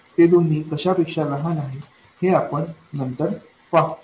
हे दोन्ही कशा पेक्षा लहान आहे हे आपण नंतर पाहू